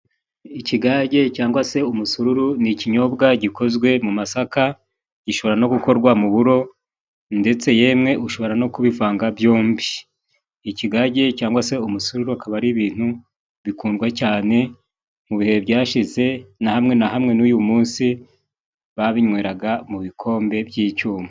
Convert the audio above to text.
Ikigage cyangwa se umusururu ni' ikinyobwa gikozwe mu masaka, gishobora no gukorwa mu buro ndetse yemwe ushobora no kubivanga byombi ikigage, cyangwa se umusururo ukaba ari ibintu bikundwa cyane mu bihe byashize, na hamwe na hamwe n'uyu munsi babinyweraga mu bikombe by'icyuma.